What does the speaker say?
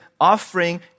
offering